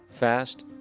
fast,